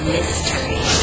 Mystery